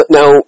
Now